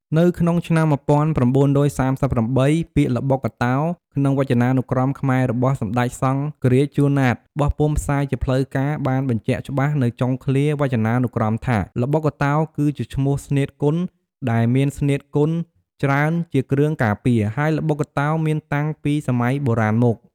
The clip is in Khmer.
នៅក្នុងឆ្នាំ ១៩៣៨ ពាក្យ "ល្បុក្កតោ " ក្នុងវចនានុក្រមខ្មែររបស់សម្ដេចសង្ឃរាជ ជួន ណាត បោះពុម្ពផ្សាយជាផ្លូវការណ៍ បានបញ្ចាក់ច្បាស់នៅចុងឃ្លាវចនានុក្រមថា ល្បុក្កតោ គឺជាឈ្មោះស្នៀតគុន ដែលមានស្នៀតគុនច្រើនជាគ្រឿងការពារ ហើយល្បុក្កតោ មានតាំងពីសម័យបុរាណមក ។